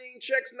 checks